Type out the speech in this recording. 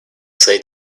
say